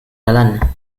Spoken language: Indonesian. jalan